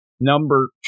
Number